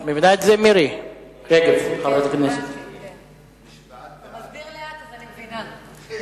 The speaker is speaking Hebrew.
את מבינה את זה, חברת הכנסת מירי רגב?